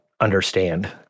understand